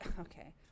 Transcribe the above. Okay